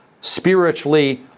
spiritually